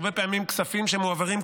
הרבה פעמים כספים שמועברים,